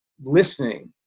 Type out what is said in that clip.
listening